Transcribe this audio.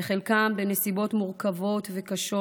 חלקם בנסיבות מורכבות וקשות,